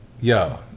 Yo